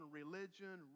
religion